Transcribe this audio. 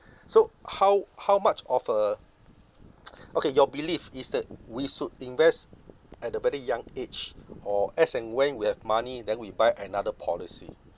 so how how much of a okay your belief is that we should invest at a very young age or as and when we have money then we buy another policy